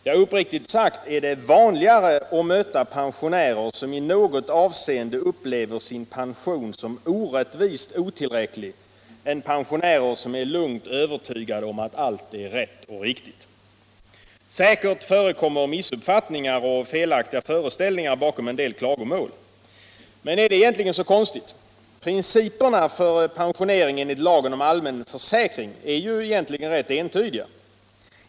Ja, uppriktigt sagt är det vanligare att möta pensionärer som i något avseende upplever sin pension som orättvist otillräcklig än pensionärer som är lugnt övertygade om att allt är rätt och riktigt. Säkert förekommer missuppfattningar och felaktiga föreställningar bakom en del klagomål. Men är det egentligen så konstigt? Principerna för pensionering enligt lagen om allmän försäkring är ju egentligen rätt ensidiga.